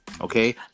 Okay